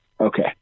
Okay